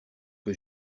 que